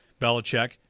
Belichick